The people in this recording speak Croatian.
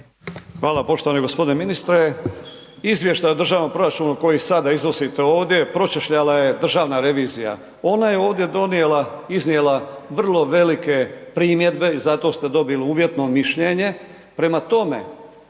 Hvala. Poštovani g. ministre, izvještaj o državnom proračunu koji sada iznosite ovdje, pročešljala je državna revizija. Ona je ovdje donijela, iznijela vrlo velike primjedbe i zato ste dobili uvjetno mišljenje. Prema tome,